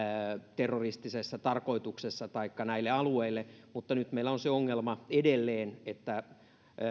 terroristisessa tarkoituksessa taikka näille alueille mutta nyt meillä on se ongelma edelleen että